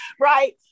right